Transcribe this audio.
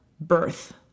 birth